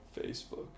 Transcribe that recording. Facebook